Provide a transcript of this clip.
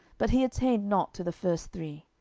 but he attained not to the first three.